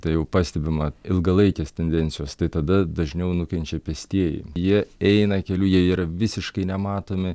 tai jau pastebima ilgalaikės tendencijos tai tada dažniau nukenčia pėstieji jie eina keliu jie yra visiškai nematomi